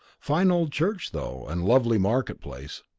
fine old church, though, and lovely market place.